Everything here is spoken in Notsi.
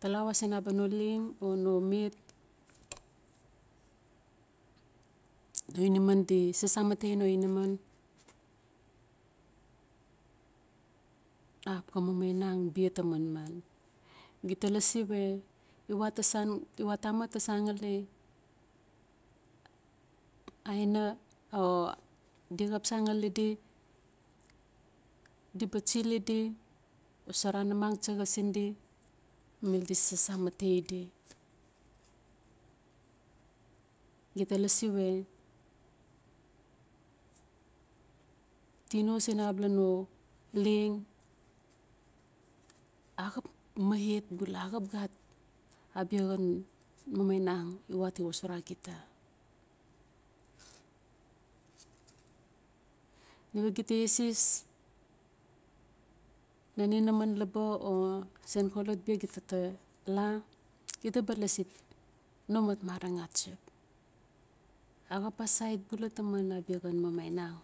talawa sin abala no lengo o ino met o inaman di sas amante no inaman axap xa mamainang bia ta manman gita lasi we iwa ta san iwa tamat ta san ngali aina o di xap san ngali di, mil di sas amante di, gita lasi we tino sin abala no leng axap maet bula axap gat abia xan mamainang iwa ti xosora gita. Nawe gita eses lan inaman laba o sen xolot bia gita la gita ba lasi no mat mareng a chaxa, axap asait bula taman abia xan mamainang